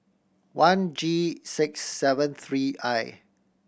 one G six seven three I